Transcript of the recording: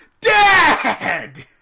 Dad